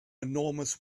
enormous